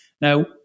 Now